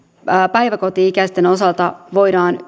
päiväkoti ikäisten osalta voidaan